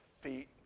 feet